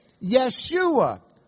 Yeshua